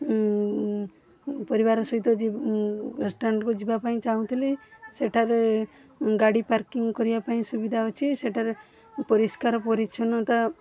ପରିବାର ସହିତ ଯିବା ରେଷଟୁରାଣ୍ଟ୍କୁ ଯିବାପାଇଁ ଚାଁହୁଥିଲି ସେଠାରେ ଗାଡ଼ି ପାର୍କିଙ୍ଗ୍ କରିବା ପାଇଁ ସୁବିଧା ଅଛି ସେଠାରେ ପରିଷ୍କାର ପରିଚ୍ଛନତା